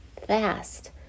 fast